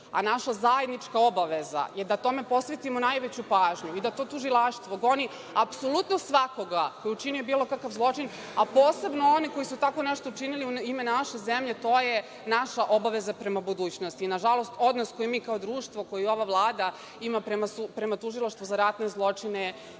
a naša zajednička obaveza je da tome posvetimo najveću pažnju i da to tužilaštvo goni apsolutno svakoga ko je činio bilo kakav zločin, a posebno oni koji su tako nešto učinili u ime naše zemlje, to je naša obaveza prema budućnosti, na žalost odnos koji mi kao društvo, koji ova Vlada ima prema Tužilaštvu za ratne zločine